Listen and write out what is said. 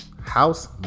house